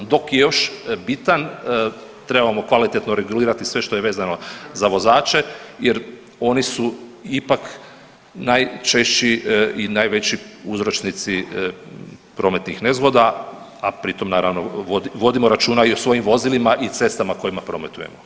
Dok je još bitan trebamo kvalitetno regulirati sve što je vezano za vozače jer oni su ipak najčešći i najveći uzročnici prometnih nezgoda, a pri tom naravno vodimo računa i o svojim vozilima i cestama kojima prometujemo.